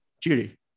Judy